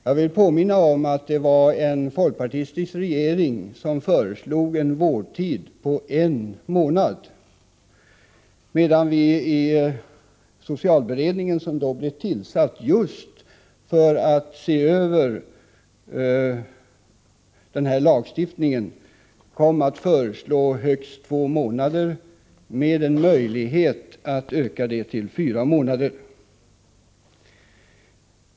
Jag vill påminna om att det var en folkpartistisk regering som föreslog en vårdtid på en månad, medan vi i socialberedningen, som då blev tillsatt just för att se över denna lagstiftning, kom att föreslå högst två månader, med en möjlighet att öka det upp till fyra månader.